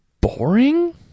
boring